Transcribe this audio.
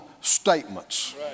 statements